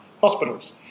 Hospitals